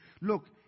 Look